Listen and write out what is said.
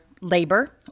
labor